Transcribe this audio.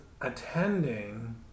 attending